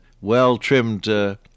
well-trimmed